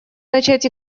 начать